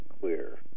clear